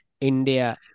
India